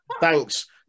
Thanks